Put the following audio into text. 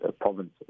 provinces